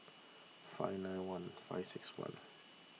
five nine one five six one